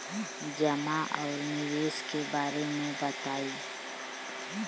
जमा और निवेश के बारे मे बतायी?